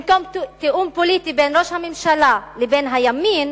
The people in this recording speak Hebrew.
במקום תיאום פוליטי בין ראש הממשלה לבין הימין